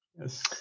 Yes